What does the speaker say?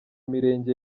mirenge